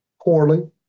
poorly